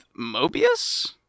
Mobius